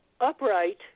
upright